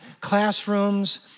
classrooms